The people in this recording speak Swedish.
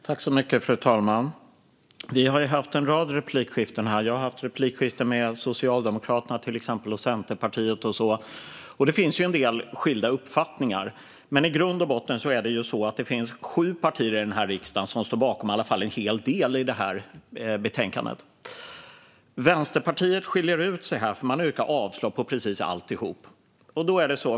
Fru talman! Vi har ju haft en rad replikskiften här; jag har till exempel haft replikskiften med Socialdemokraterna och Centerpartiet. Det finns en del skilda uppfattningar, men i grund och botten är det ju så att det finns sju partier i den här riksdagen som står bakom i alla fall en hel del i detta betänkande. Vänsterpartiet skiljer ut sig här, för man yrkar avslag på precis alltihop.